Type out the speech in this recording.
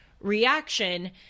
Reaction